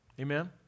Amen